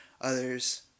others